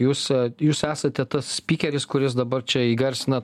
jūs jūs esate tas spykeris kuris dabar čia įgarsina